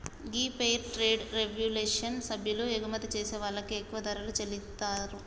గీ fair trade revolution సభ్యులు ఎగుమతి చేసే వాళ్ళకి ఎక్కువ ధరలను చెల్లితారు